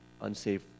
unsafe